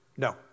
No